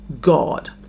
God